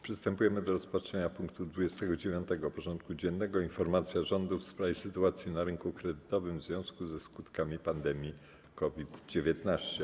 Przystępujemy do rozpatrzenia punktu 29. porządku dziennego: Informacja Rządu w sprawie sytuacji na rynku kredytowym w związku ze skutkami pandemii COVID-19.